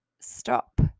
stop